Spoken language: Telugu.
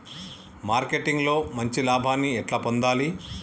మార్కెటింగ్ లో మంచి లాభాల్ని ఎట్లా పొందాలి?